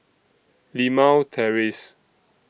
Limau Terrace